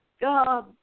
God